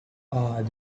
are